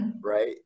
right